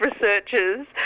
researchers